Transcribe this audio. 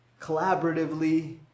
collaboratively